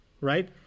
Right